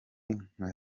nka